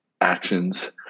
actions